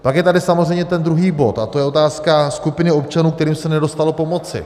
Pak je tady samozřejmě ten druhý bod a to je otázka skupiny občanů, kterým se nedostalo pomoci.